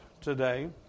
today